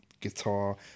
guitar